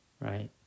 right